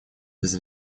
без